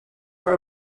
are